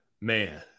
man